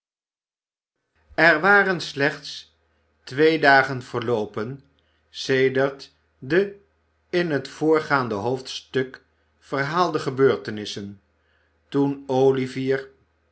er waren slechts twee dagen verloopen sedert de in het voorgaande hoofdstuk verhaalde gebeurtenissen toen